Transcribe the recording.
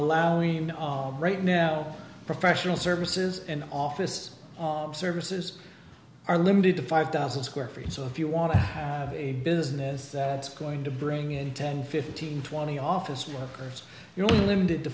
allowed right now professional services and office services are limited to five thousand square feet so if you want to have a business that going to bring in ten fifteen twenty office workers you'll be limited to